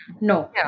No